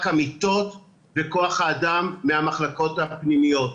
המיטות וכוח האדם מהמחלקות הפנימיות.